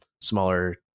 smaller